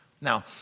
Now